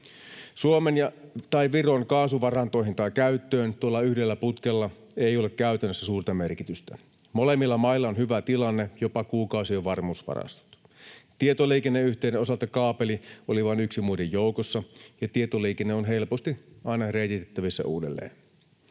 Suomen tai Viron kaasuvarantoihin tai ‑käyttöön tuolla yhdellä putkella ei ole käytännössä suurta merkitystä. Molemmilla mailla on hyvä tilanne, jopa kuukausien varmuusvarastot. Tietoliikenneyhteyden osalta kaapeli oli vain yksi muiden joukossa, ja tietoliikenne on helposti aina reititettävissä uudelleen.